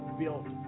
built